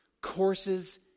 courses